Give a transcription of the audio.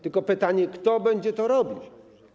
Tylko pytanie: Kto będzie to robić?